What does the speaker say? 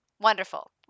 Wonderful